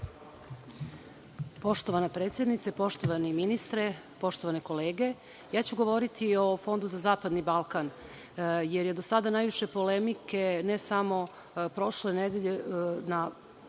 Poštovana predsednice, poštovani ministre, poštovane kolege, govoriću o Fondu za zapadni Balkan, jer je do sada najviše polemike, ne samo prošle nedelje u